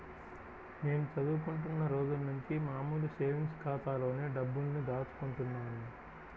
నేను చదువుకుంటున్న రోజులనుంచి మామూలు సేవింగ్స్ ఖాతాలోనే డబ్బుల్ని దాచుకుంటున్నాను